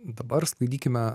dabar skaitykime